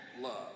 love